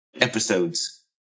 episodes